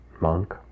monk